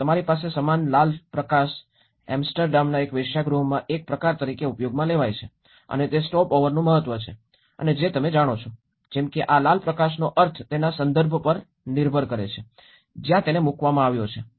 હવે તમારી પાસે સમાન લાલ પ્રકાશ એમ્સ્ટરડેમના એક વેશ્યાગૃહોમાં એક પ્રકાર તરીકે ઉપયોગમાં લેવાય છે અને તે સ્ટોપઓવરનું મહત્વ છે અને જે તમે જાણો છો જેમ કે આ લાલ પ્રકાશનો અર્થ તેના સંદર્ભ પર નિર્ભર કરે છે જ્યાં તેને મૂકવામાં આવ્યો છે